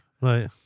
Right